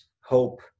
hope